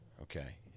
okay